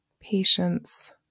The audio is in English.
patience